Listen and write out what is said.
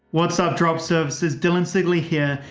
what's up? drop servicers, dylan sigley here.